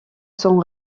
son